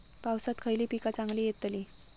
पावसात खयली पीका चांगली येतली?